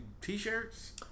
t-shirts